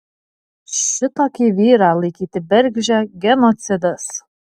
šitokį vyrą laikyti bergždžią genocidas